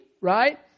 right